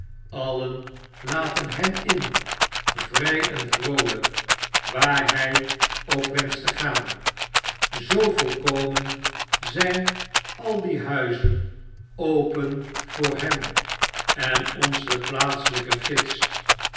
allen laten hem in vry en vroolyk waar hij ook wenscht te gaan zoo volkomen zyn al die huizen open voor hem en onzen plaatselijken gids